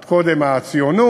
ועוד קודם הציונות.